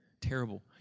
Terrible